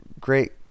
great